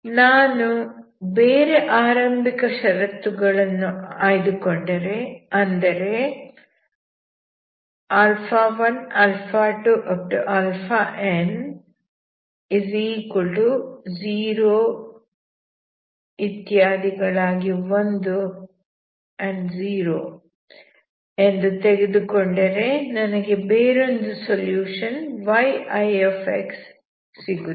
ನಾನು ಬೇರೆ ಆರಂಭಿಕ ಷರತ್ತು ಗಳನ್ನು ಆಯ್ದುಕೊಂಡರೆ ಅಂದರೆ ಎಂದು ತೆಗೆದುಕೊಂಡರೆ ನನಗೆ ಬೇರೊಂದು ಸೊಲ್ಯೂಷನ್ yi ಸಿಗುತ್ತದೆ